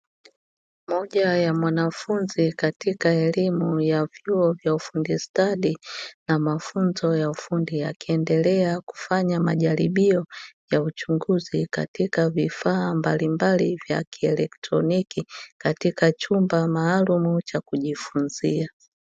Moja ya mwanafunzi katika elimu ya vyuo vya ufundi stadi na mafunzo ya ufundi akiendelea kufanya majaribio ya uchunguzi katika vifaa mbalimbali vya kielektroniki katika chumba maalumu cha kujifunzia.